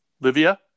Livia